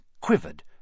quivered